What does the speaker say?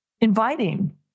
inviting